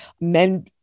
Men